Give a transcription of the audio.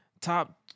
top